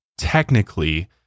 Technically